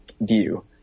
view